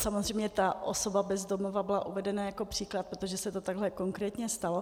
Samozřejmě ta osoba bez domova byla uvedena jako příklad, protože se to takhle konkrétně stalo.